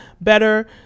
better